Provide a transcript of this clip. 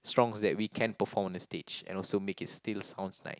songs that we can perform on the stage and also make it still sounds nice